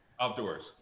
Outdoors